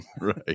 right